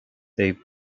they